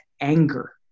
anger